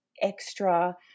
extra